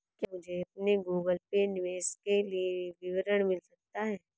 क्या मुझे अपने गूगल पे निवेश के लिए विवरण मिल सकता है?